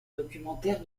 documentaire